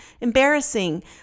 embarrassing